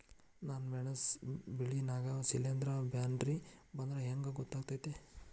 ನನ್ ಮೆಣಸ್ ಬೆಳಿ ನಾಗ ಶಿಲೇಂಧ್ರ ಬ್ಯಾನಿ ಬಂದ್ರ ಹೆಂಗ್ ಗೋತಾಗ್ತೆತಿ?